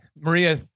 Maria